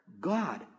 God